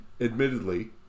admittedly